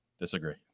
Disagree